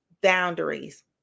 boundaries